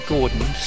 Gordon